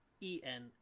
E-N